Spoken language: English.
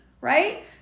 right